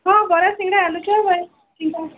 ହଁ ବରା ସିଙ୍ଗଡ଼ା ଆଳୁଚପ